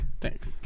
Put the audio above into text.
Thanks